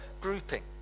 grouping